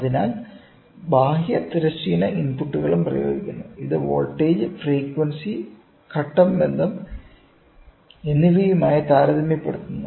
അതിനാൽ ബാഹ്യ തിരശ്ചീന ഇൻപുട്ടുകളും പ്രയോഗിക്കുന്നു ഇത് വോൾട്ടേജ് ഫ്രീക്വൻസി ഘട്ടം ബന്ധം എന്നിവയുമായി താരതമ്യപ്പെടുത്തുന്നു